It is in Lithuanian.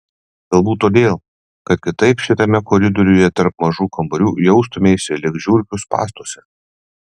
galbūt todėl kad kitaip šitame koridoriuje tarp mažų kambarių jaustumeisi lyg žiurkių spąstuose